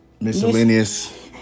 miscellaneous